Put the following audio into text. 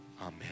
Amen